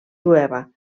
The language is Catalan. jueva